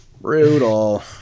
Brutal